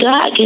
God